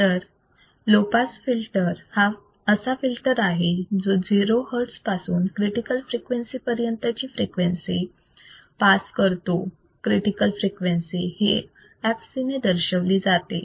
तर low pass filter हा असा फिल्टर आहे जो 0 hertz पासून क्रिटिकल फ्रिक्वेन्सी पर्यंत ची फ्रिक्वेन्सी पास करतो क्रिटिकल फ्रिक्वेन्सी ही fc ने दर्शवली जाते